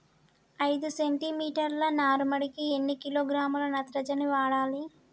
ఐదు సెంటిమీటర్ల నారుమడికి ఎన్ని కిలోగ్రాముల నత్రజని వాడాలి?